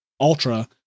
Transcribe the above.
Ultra